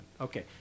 Okay